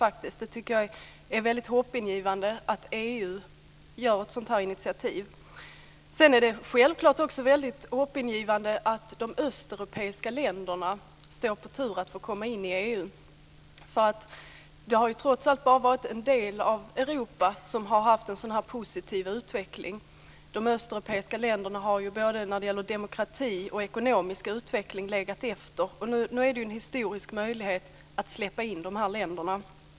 Det är väldigt hoppingivande att EU tar detta initiativ. Det är självfallet också mycket hoppingivande att de östeuropeiska länderna står på tur att få komma in i EU. Det har trots allt bara varit en del av Europa som har haft en så positiv utveckling. De östeuropeiska länderna har legat efter när det gäller både demokrati och ekonomisk utveckling. Det är nu en historisk möjlighet att släppa in de här länderna.